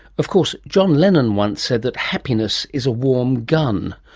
of course john lennon once said that happiness is a warm gun.